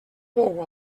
bou